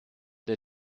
der